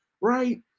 right